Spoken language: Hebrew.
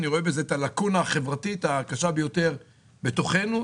אני רואה בזה את הלקונה החברתית הקשה ביותר בתוכנו,